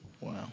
Wow